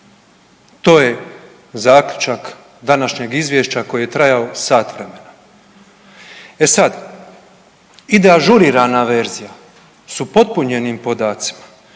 To je zaključak današnjeg izvješća koje je trajalo sat vremena. E sad, ide ažurirana verzija s upotpunjenim podacima.